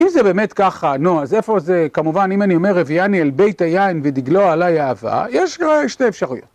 אם זה באמת ככה, נו אז איפה זה, כמובן אם אני אומר הביאני אל בית היין ודגלו עליי אהבה, יש שתי אפשרויות.